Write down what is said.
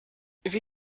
wie